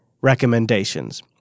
recommendations